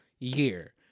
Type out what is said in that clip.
year